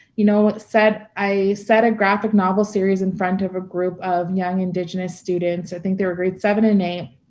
you know, i set a graphic novel series in front of a group of young indigenous students, i think they were grades seven and eight,